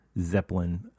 Zeppelin